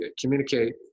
communicate